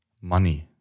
Money